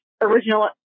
original